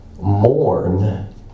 mourn